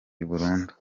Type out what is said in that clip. burundu